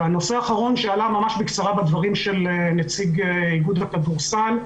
הנושא האחרון שעלה ממש בקצרה בדברים של נציג איגוד הכדורסל,